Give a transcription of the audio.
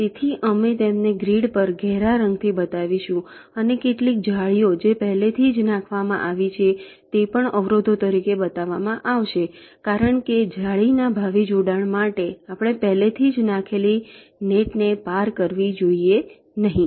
તેથી અમે તેમને ગ્રીડ પર ઘેરા રંગથી બતાવીશું અને કેટલીક જાળીઓ જે પહેલેથી જ નાખવામાં આવી છે તે પણ અવરોધો તરીકે બતાવવામાં આવશે કારણ કે જાળીના ભાવિ જોડાણ માટે આપણે પહેલેથી જ નાખેલી નેટ ને પાર કરવી જોઈએ નહીં